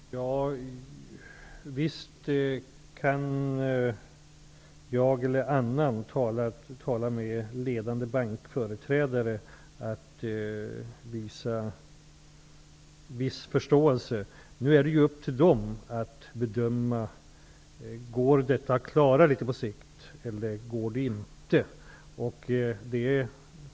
Herr talman! Visst kan jag eller någon annan tala med ledande bankföreträdare om att visa viss förståelse. Nu är det upp till dem att bedöma om det går att klara detta på sikt eller ej.